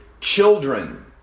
children